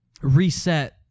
reset